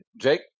Jake